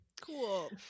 Cool